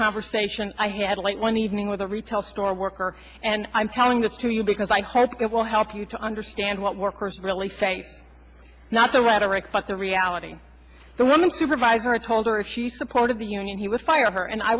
conversation i had late one evening with a retail store worker and i'm telling this to you because i hope it will help you to understand what workers really say not the rhetoric but the reality the woman supervisor told her if she supported the union he would fire her and i